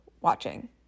watching